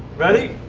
ready?